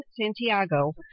Santiago